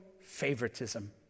favoritism